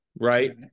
right